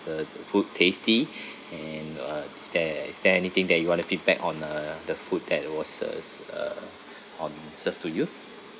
the the food tasty and uh is there is there anything that you want to feedback on the the food that was uh s~ uh on served to you